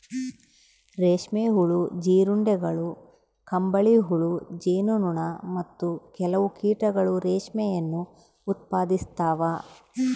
ರೇಷ್ಮೆ ಹುಳು, ಜೀರುಂಡೆಗಳು, ಕಂಬಳಿಹುಳು, ಜೇನು ನೊಣ, ಮತ್ತು ಕೆಲವು ಕೀಟಗಳು ರೇಷ್ಮೆಯನ್ನು ಉತ್ಪಾದಿಸ್ತವ